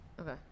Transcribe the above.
Okay